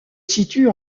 situe